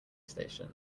station